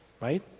right